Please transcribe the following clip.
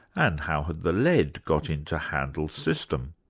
and how had the lead got into handel's system?